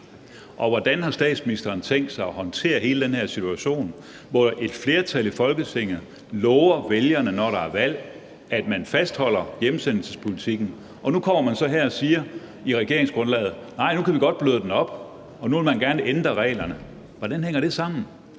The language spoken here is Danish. hvordan har statsministeren tænkt sig at håndtere hele den her situation, hvor et flertal i Folketinget, når der er valg, lover vælgerne, at man fastholder hjemsendelsespolitikken, og at man så nu kommer her og i regeringsgrundlaget siger, at nej, nu kan vi godt bløde den op, og at nu vil man gerne ændre reglerne? Hvordan hænger det sammen?